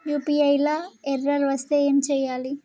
UPI లా error వస్తే ఏం చేయాలి?